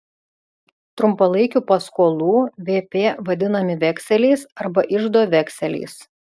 trumpalaikių paskolų vp vadinami vekseliais arba iždo vekseliais